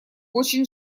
очень